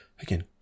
Again